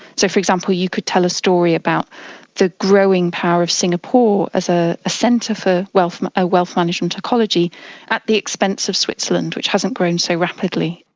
so, for example, you could tell a story about the growing power of singapore as ah a centre for wealth ah wealth management ecology at the expense of switzerland which hasn't grown so rapidly.